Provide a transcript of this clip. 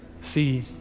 See